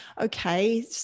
okay